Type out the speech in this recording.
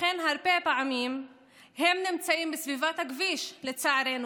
לכן הרבה פעמים הם נמצאים בסביבת הכביש, לצערנו.